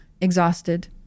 exhausted